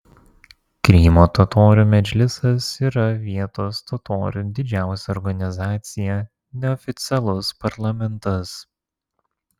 krymo totorių medžlisas yra vietos totorių didžiausia organizacija neoficialus parlamentas